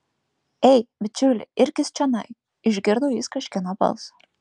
ei bičiuli irkis čionai išgirdo jis kažkieno balsą